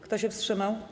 Kto się wstrzymał?